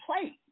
plate